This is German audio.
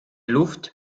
luft